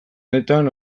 honetan